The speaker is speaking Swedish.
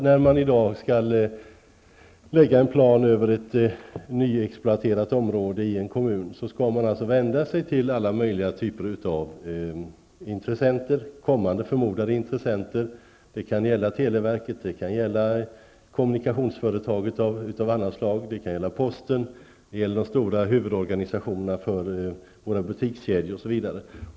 När man i dag skall lägga en plan över ett nyexploaterat område i en kommun skall man vända sig till alla möjliga typer av kommande förmodade intressenter -- det kan vara televerket, det kan vara kommunikationsföretag av annat slag, det kan vara posten, det kan vara de stora huvudorganisationerna för våra butikskedjor, osv.